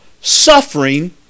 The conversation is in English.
suffering